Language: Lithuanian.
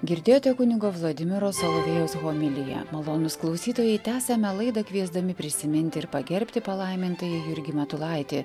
girdėjote kunigo vladimiro solovėjaus homiliją malonūs klausytojai tęsiame laidą kviesdami prisiminti ir pagerbti palaimintąjį jurgį matulaitį